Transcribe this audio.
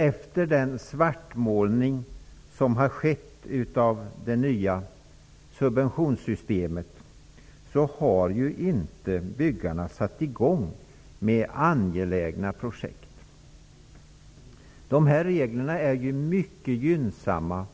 Efter den svartmålning av det nya subventionssystemet som har skett, har byggarna inte satt i gång med angelägna projekt. De här reglerna är mycket gynnsamma